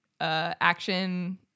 action